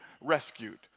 rescued